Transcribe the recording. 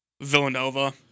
Villanova